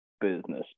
business